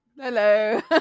Hello